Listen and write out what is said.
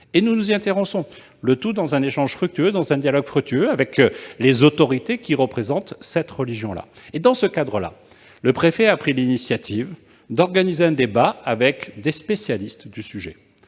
et nous nous y intéressons, dans un échange et un dialogue fructueux avec les autorités qui représentent cette religion. C'est dans ce cadre que le préfet a pris l'initiative d'organiser un débat avec des spécialistes du sujet.